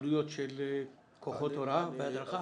עלויות של כוחות הוראה והדרכה?